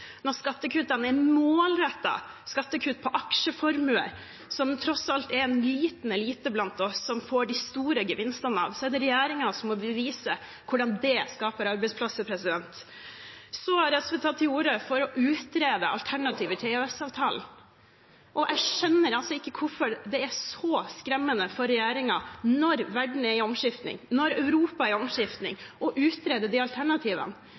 når skattekuttene er målrettet, skattekutt på aksjeformuer, som det tross alt er en liten elite blant oss som får de store gevinstene av, er det regjeringen som må bevise hvordan det skaper arbeidsplasser. SV har tatt til orde for å utrede alternativer til EØS-avtalen, og jeg skjønner ikke hvorfor det er så skremmende for regjeringen, når verden er i omskifting, når Europa er i omskifting, å utrede disse alternativene.